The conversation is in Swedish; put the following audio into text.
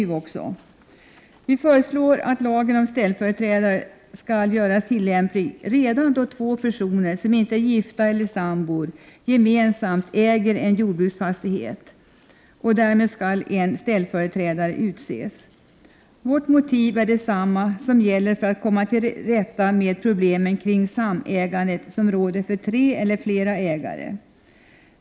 Vi i folkpartiet föreslår att lagen om ställföreträdare skall göras tillämplig redan då två personer som inte är gifta eller sambor gemensamt äger en jordbruksfastighet. Vårt motiv är detsamma som när det gäller att komma till rätta med problemen kring samägandet som råder för tre eller fler ägare.